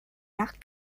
nach